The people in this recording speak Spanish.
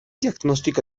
diagnóstico